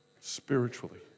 spiritually